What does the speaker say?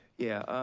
yeah.